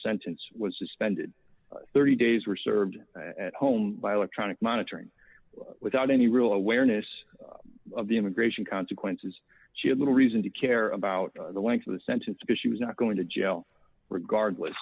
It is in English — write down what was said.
sentence was suspended thirty days were served at home by electronic monitoring without any real awareness of the immigration consequences she had little reason to care about the length of the sentence because she was not going to jail regardless